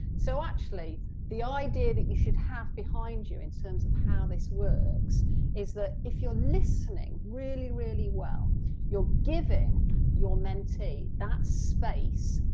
so actually the idea that you should have behind you in terms of how this works is that if you're listening really really well then you're giving your mentee that space,